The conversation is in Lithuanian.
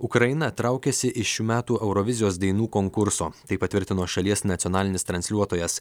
ukraina traukiasi iš šių metų eurovizijos dainų konkurso tai patvirtino šalies nacionalinis transliuotojas